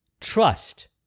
Trust